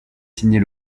signer